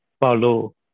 follow